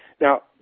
Now